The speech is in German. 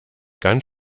ganz